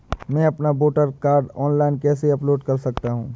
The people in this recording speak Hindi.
मैं अपना वोटर कार्ड ऑनलाइन कैसे अपलोड कर सकता हूँ?